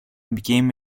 became